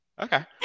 okay